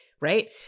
right